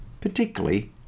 particularly